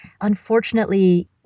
unfortunately